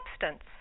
substance